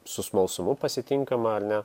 su smalsumu pasitinkama ar ne